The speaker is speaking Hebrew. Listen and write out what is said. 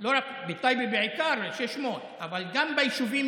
לא רק בטייבה, בטייבה